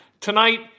Tonight